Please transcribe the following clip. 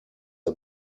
are